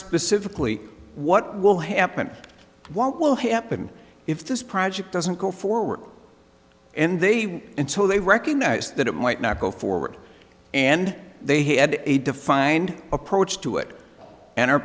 specifically what will happen what will happen if this project doesn't go forward and they until they recognize that it might not go forward and they had a defined approach to it and